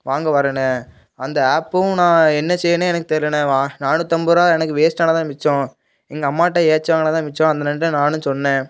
வாங்க வரேண்ண அந்த ஆப்பும் நான் என்ன செய்கிறதுன்னே எனக்குத் தெரிலண்ணா நானூற்றைம்பது ரூவா எனக்கு வேஸ்ட் ஆனதுதான் மிச்சம் எங்கள் அம்மாகிட்ட ஏச்சும் வாங்கினதுதான் மிச்சம் அந்த அண்ணன்ட்டே நானும் சொன்னேன்